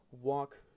walk